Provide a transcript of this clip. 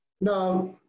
Now